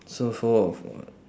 so for for